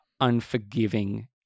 unforgiving